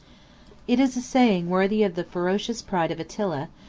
it is a saying worthy of the ferocious pride of attila,